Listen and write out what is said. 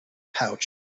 pouch